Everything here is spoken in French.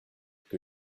que